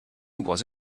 was